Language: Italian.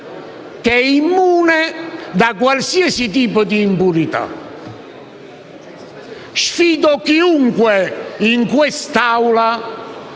che è immune da qualsiasi tipo di impurità. Sfido chiunque in quest'Aula